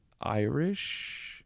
Irish